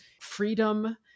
freedom